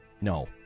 no